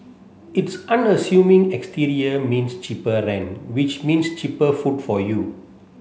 its unassuming exterior means cheaper rent which means cheaper food for you